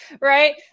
Right